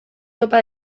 topa